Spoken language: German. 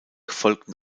folgten